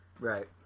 right